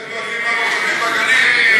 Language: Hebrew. בשביל זה דואגים למושבים בגליל.